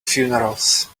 funerals